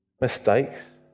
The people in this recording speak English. mistakes